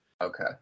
Okay